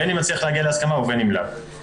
בין אם נצליח להגיע להסכמה ובין אם לאו.